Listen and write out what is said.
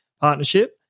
partnership